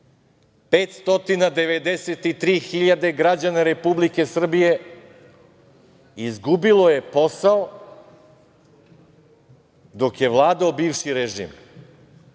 hiljade građana Republike Srbije izgubilo je posao dok je vladao bivši režim.